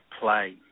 play